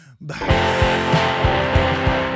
Bye